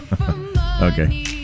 Okay